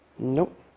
nope.